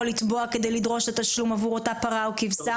לתבוע כדי לדרוש תשלום עבור אותה פרה או כבשה?